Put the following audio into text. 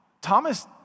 Thomas